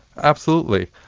absolutely.